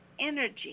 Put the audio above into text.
Energy